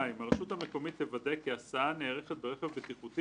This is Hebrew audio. (2) הרשות המקומית תוודא כי הסעה נערכת ברכב בטיחותי